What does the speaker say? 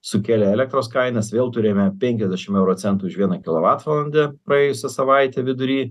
sukėlė elektros kainas vėl turėjome penkiasdešim euro centų už vieną kilovatvalandę praėjusią savaitę vidury